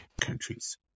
countries